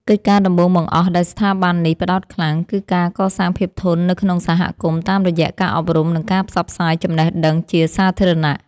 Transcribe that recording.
កិច្ចការដំបូងបង្អស់ដែលស្ថាប័ននេះផ្ដោតខ្លាំង គឺការកសាងភាពធន់នៅក្នុងសហគមន៍តាមរយៈការអប់រំ និងការផ្សព្វផ្សាយចំណេះដឹងជាសាធារណៈ។